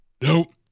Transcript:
Nope